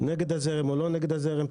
נגד הזרם או לא נגד הזרם,